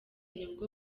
nibwo